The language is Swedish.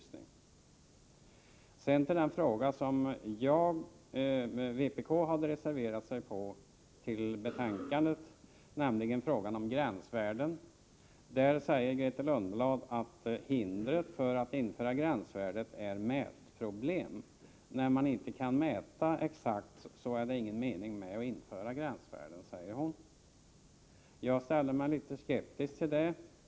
Sedan till den fråga, i vilken vpk hade reserverat sig till betänkandet, nämligen frågan om gränsvärde. Där sade Grethe Lundblad att hindret för att införa gränsvärde är mätproblem; när man inte kan mäta exakt är det ingen mening med att införa gränsvärde, sade hon. Jag ställer mig litet skeptisk till det.